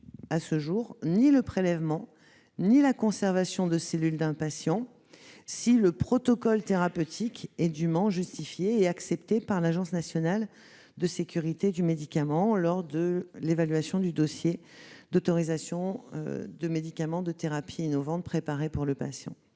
à ce jour, ni le prélèvement ni la conservation de cellules d'un patient, si le protocole thérapeutique est dûment justifié et accepté par l'Agence nationale de sécurité du médicament et des produits de santé (ANSM), lors de l'évaluation du dossier d'autorisation de médicaments de thérapie innovante préparée pour le patient.